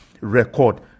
record